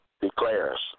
declares